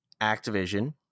Activision